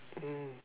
mm